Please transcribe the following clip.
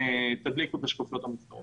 יתממשו או לא אז נעבור